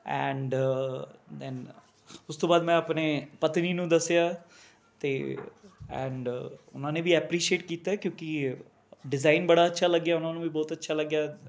and then ਉਸ ਤੋਂ ਬਾਅਦ ਮੈਂ ਆਪਣੀ ਪਤਨੀ ਨੂੰ ਦੱਸਿਆ ਅਤੇ ਐਂਡ ਉਹਨਾਂ ਨੇ ਵੀ ਐਪਰੀਸ਼ੀਏਟ ਕੀਤਾ ਕਿਉਂਕਿ ਡਿਜ਼ਾਈਨ ਬੜਾ ਅੱਛਾ ਲੱਗਿਆ ਉਹਨਾਂ ਨੂੰ ਵੀ ਬਹੁਤ ਅੱਛਾ ਲੱਗਿਆ